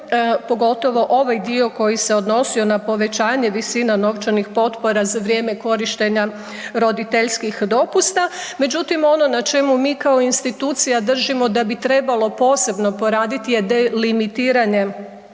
pogotovo ovaj dio koji se odnosio na povećanje visina novčanih potpora za vrijeme korištenja roditeljskih dopusta, međutim ono na čemu mi kao institucija držimo da bi trebalo posebno poraditi je delimitiranje